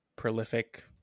prolific